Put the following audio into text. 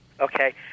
Okay